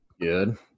good